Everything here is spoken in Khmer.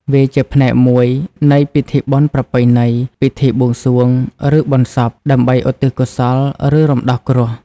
វាជាផ្នែកមួយនៃ ពិធីបុណ្យប្រពៃណី ពិធីបួងសួង ឬបុណ្យសព ដើម្បីឧទ្ទិសកុសល ឬរំដោះគ្រោះ។